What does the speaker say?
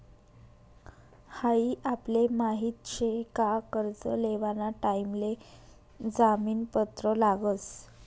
हाई आपले माहित शे का कर्ज लेवाना टाइम ले जामीन पत्र लागस